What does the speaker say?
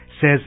says